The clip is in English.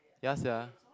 yes ya